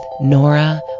Nora